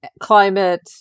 climate